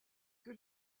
que